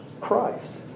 Christ